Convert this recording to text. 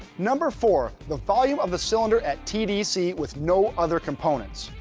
number four, the volume of the cylinder at t d c with no other components.